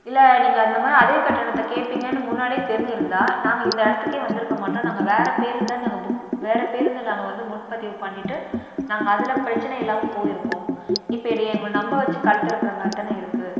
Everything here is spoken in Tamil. இல்லை நீங்கள் அந்தமாதிரி அதிக கட்டணத்தை கேட்பீங்கன்னு முன்னாடியே தெரிஞ்சுருந்தா நாங்க இந்த இடத்துக்கே வந்திருக்க மாட்டோம் நாங்கள் வேறு பேருந்தை நாங்கள் புக் வேறு பேருந்தை நாங்கள் வந்து முன்பதிவு பண்ணிவிட்டு நாங்கள் அதில் பிரச்னை இல்லாமல் போய்ருப்போம் இப்படி எங்களை நம்ப வெச்சி கழுத்த அறுக்கிற மாதிரிதானே இருக்குது